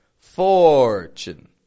Fortune